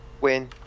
Win